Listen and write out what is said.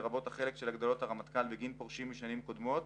לרבות החלק של הגדלות הרמטכ"ל בגין פורשים משנים קודמות,